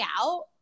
out